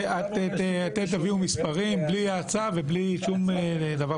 אתם תביאו מספרים בלי האצה ובלי שום דבר כזה.